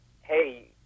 hey